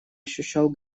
ощущал